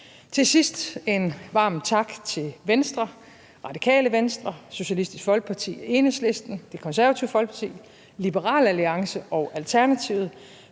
Til sidst en varm tak til Venstre, Radikale Venstre, Socialistisk Folkeparti, Enhedslisten, Det Konservative Folkeparti, Liberal Alliance og Alternativet